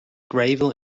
gravel